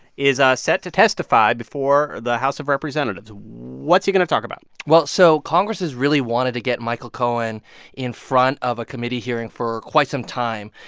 is set to testify before the house of representatives. what's he going to talk about? well, so congress has really wanted to get michael cohen in front of a committee hearing for quite some time.